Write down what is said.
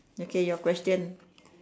okay your question